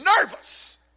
nervous